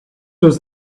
was